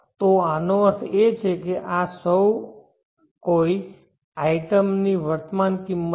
તો આનો અર્થ એ છે કે આ કોઈ આઇટમની વર્તમાન કિંમત છે